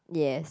yes